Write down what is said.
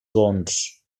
bons